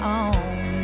on